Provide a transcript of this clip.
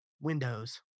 Windows